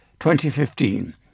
2015